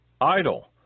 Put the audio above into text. idle